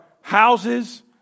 houses